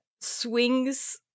swings